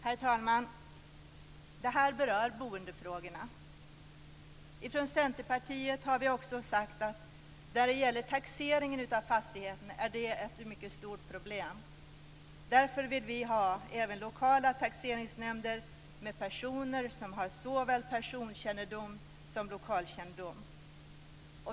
Herr talman! Detta berör boendefrågorna. Från Centerpartiet har vi också sagt att taxeringen av fastigheter är ett mycket stort problem. Därför vill vi ha även lokala taxeringsnämnder med personer som har såväl personkännedom som lokalkännedom.